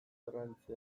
trantze